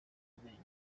amenyo